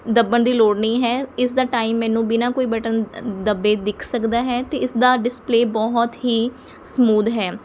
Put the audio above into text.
ਦੱਬਣ ਦੀ ਲੋੜ ਨਹੀਂ ਹੈ ਇਸਦਾ ਟਾਈਮ ਮੈਨੂੰ ਬਿਨਾਂ ਕੋਈ ਬਟਨ ਦੱਬੇੇ ਦਿਖ ਸਕਦਾ ਹੈ ਅਤੇ ਇਸਦਾ ਡਿਸਪਲੇਅ ਬਹੁਤ ਹੀ ਸਮੂਦ ਹੈ